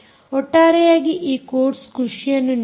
ಒಟ್ಟಾರೆಯಾಗಿ ಈ ಕೋರ್ಸ್ ಖುಷಿಯನ್ನು ನೀಡಿತು